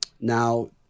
now